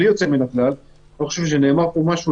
בלי יוצא מן הכלל אני לא חושב שנאמר פה דבר אחד,